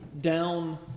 down